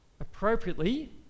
appropriately